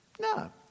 No